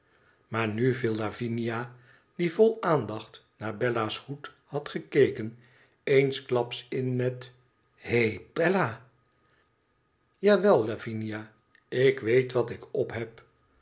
maar nu viel lavinia die vol aandacht naar bella's hoed had gekeken eensklaps in met i hé bella tja wel lavinia ik weet wat ik opheb